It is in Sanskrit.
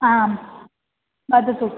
आं वदतु